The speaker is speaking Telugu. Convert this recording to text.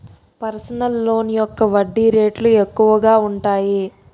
పర్సనల్ లోన్ యొక్క వడ్డీ రేట్లు ఎక్కువగా ఉంటాయి